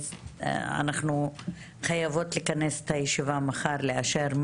אנחנו חייבות לכנס את הישיבה מחר כדי לאשר.